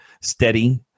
steady